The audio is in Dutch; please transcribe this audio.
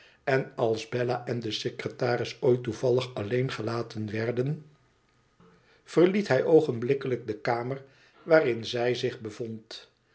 en als bella en de secretaris ooit toevallig alleen gelaten werden verliet hij oogenblikkelijk de kamer waarin zij zich bevond